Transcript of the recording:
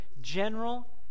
general